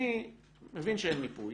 אני מבין שאין מיפוי